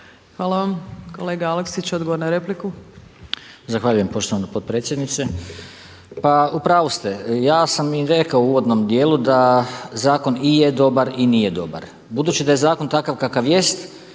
Hvala vam. Kolega Aleksić, odgovor na repliku. **Aleksić, Goran (SNAGA)** Zahvaljujem poštovana potpredsjednice. Pa u pravu ste, ja sam i rekao u uvodnom dijelu da zakon i je dobar i nije dobar. Budući da je zakon takav kakav jest